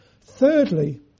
Thirdly